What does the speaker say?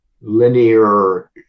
linear